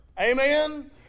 amen